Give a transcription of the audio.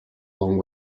long